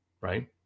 right